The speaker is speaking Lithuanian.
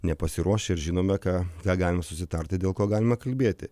nepasiruošę ir žinome ką galime susitarti dėl ko galime kalbėti